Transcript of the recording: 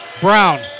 Brown